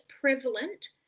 prevalent